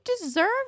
deserve